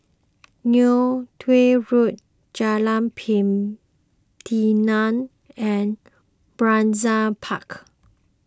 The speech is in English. Neo Tiew Road Jalan Pelatina and Brizay Park